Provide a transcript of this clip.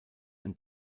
and